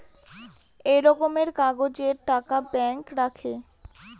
একই রকমের কাগজের টাকা ব্যাঙ্কে রাখে